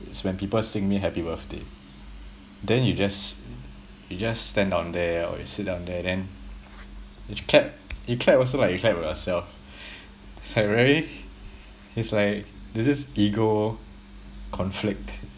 it's when people sing me happy birthday then you just you just stand down there or you sit down there then you clap you clap also like you clap for yourself it's like very it's like there's this ego conflict